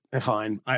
Fine